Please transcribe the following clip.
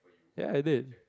ya I did